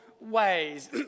ways